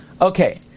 Okay